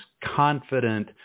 confident